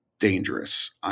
Dangerous